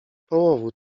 połowu